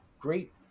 great